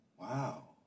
Wow